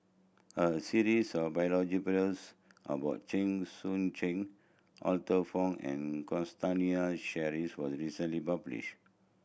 a series of about Chen Sucheng Arthur Fong and Sheares was recently published